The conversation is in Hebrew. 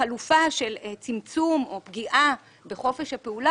החלופה של צמצום או פגיעה בחופש הפעולה